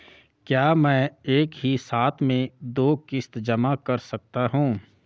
क्या मैं एक ही साथ में दो किश्त जमा कर सकता हूँ?